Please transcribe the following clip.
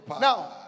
Now